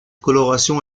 coloration